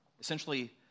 essentially